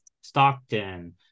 Stockton